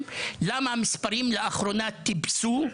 סיבה לכך שהמספרים טיפסו לאחרונה